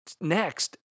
Next